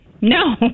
No